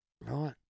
Right